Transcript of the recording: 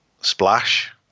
Splash